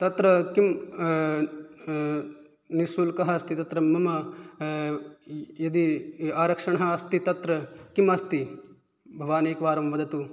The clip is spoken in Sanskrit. तत्र किं निश्शुल्कम् अस्ति तत्र मम यदि आरक्षणम् अस्ति तत्र किमस्ति भवान् एकवारं वदतु